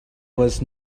was